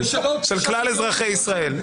--- לא, לא, חשבון הבנק של כלל אזרחי ישראל.